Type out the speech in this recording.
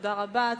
תודה רבה.